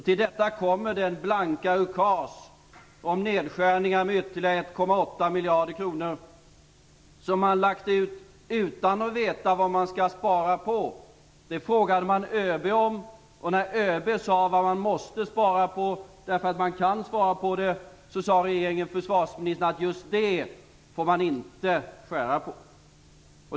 Till detta kommer den blanka ukas om nedskärningar med ytterligare 1,8 miljarder kronor som man lagt ut utan att veta vad man skall spara på. Det frågar man ÖB om. När ÖB sade vad man måste spara på därför att man kan spara på det, sade regeringen och försvarsministern att just det får man inte skära på.